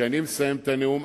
שכשאני מסיים את הנאום,